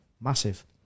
massive